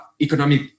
economic